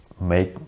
make